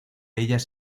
ellas